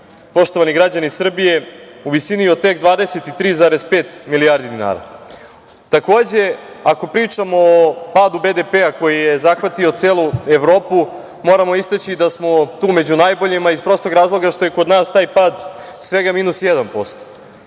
poštovani građani Srbije, u visini od tek 23,5 milijardi dinara. Takođe, ako pričamo o padu BDP-a koji je zahvatio celu Evropu, moramo istaći da smo tu među najboljima iz prostog razloga što je kod nas taj pad svega -1%